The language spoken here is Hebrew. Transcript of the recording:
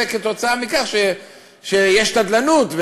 זה כתוצאה מכך שיש שתדלנות,